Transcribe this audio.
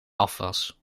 afwas